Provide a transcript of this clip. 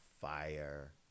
fire